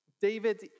David